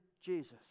Jesus